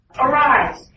Arise